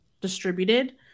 Distributed